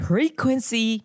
Frequency